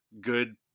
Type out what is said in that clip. good